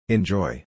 Enjoy